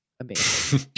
Amazing